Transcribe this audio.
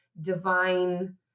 divine